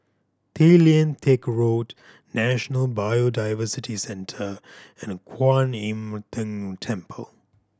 Tay Lian Teck Road National Biodiversity Centre and Kuan Im Tng Temple